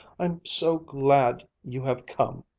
i'm so glad you have come!